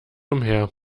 umher